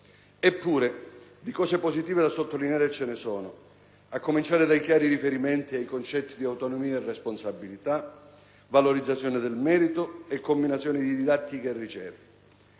Eppure, di cose positive da sottolineare ce ne sono, a cominciare dai chiari riferimenti ai concetti di autonomia e responsabilità, valorizzazione del merito e combinazione di didattica e ricerca.